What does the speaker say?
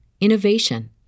innovation